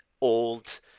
old